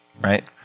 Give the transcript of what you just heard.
Right